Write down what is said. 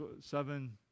seven